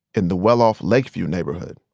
in the well-off lakeview neighborhood.